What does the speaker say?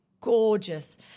gorgeous